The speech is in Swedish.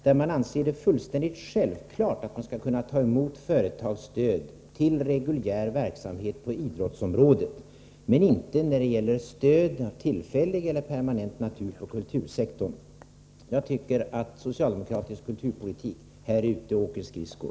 Det anses fullständigt självklart att man skall kunna ta emot företagsstöd till reguljär verksamhet på idrottsområdet, men det gäller inte för stöd, av tillfällig eller permanent natur, på kultursektorn. Jag tycker att socialdemokraterna här är ute och åker skridskor!